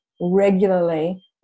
regularly